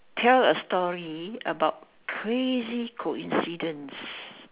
tell a story about crazy coincidences